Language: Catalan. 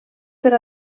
per